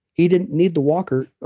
he didn't need the walker,